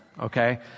Okay